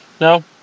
No